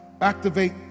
Activate